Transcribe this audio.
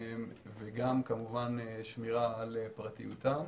וגם שמירה על פרטיותם.